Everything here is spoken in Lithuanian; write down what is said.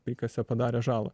prikasė padarė žalą